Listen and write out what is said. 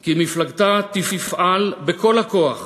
כי מפלגתה תפעל בכל הכוח